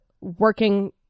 working